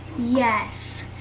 Yes